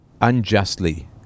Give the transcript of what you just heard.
unjustly